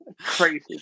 crazy